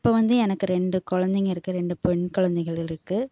இப்போ வந்து எனக்கு ரெண்டு குழந்தைங்க இருக்கது ரெண்டு பெண் குழந்தைகள் இருக்குது